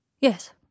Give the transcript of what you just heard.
Yes